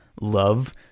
love